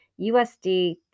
USD